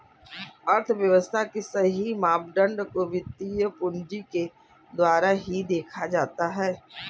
अर्थव्यव्स्था के सही मापदंड को वित्तीय पूंजी के द्वारा ही देखा जाता है